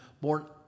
born